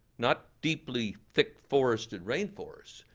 not deeply thick forested rainforest.